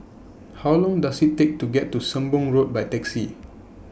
How Long Does IT Take to get to Sembong Road By Taxi